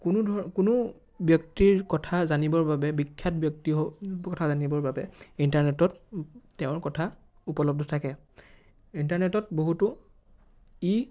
কোনো ধ কোনো ব্যক্তিৰ কথা জানিবৰ বাবে বিখ্যাত ব্যক্তিৰ কথা জানিবৰ বাবে ইণ্টাৰনেটত তেওঁৰ কথা উপলব্ধ থাকে ইণ্টাৰনেটত বহুতো ই